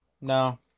no